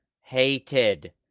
hated